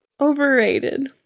overrated